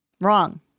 Wrong